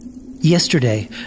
Yesterday